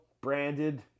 branded